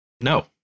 no